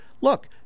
look